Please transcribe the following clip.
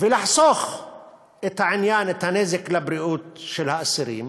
ולחסוך את הנזק לבריאות של האסירים.